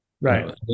Right